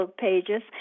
pages